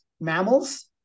mammals